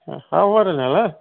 অহ্ হ'ব বাৰু তেনেহ'লে হা